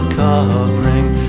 covering